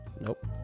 nope